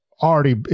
Already